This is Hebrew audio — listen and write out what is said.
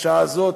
בשעה הזאת,